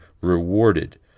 rewarded